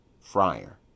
friar